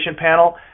panel